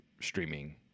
streaming